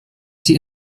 die